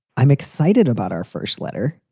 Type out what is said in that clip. i'm excited about our first letter.